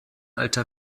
alter